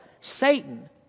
Satan